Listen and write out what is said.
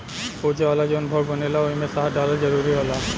पूजा वाला जवन भोग बनेला ओइमे शहद डालल जरूरी होला